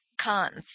cons